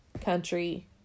country